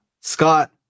Scott